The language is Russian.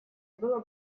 было